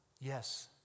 Yes